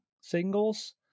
singles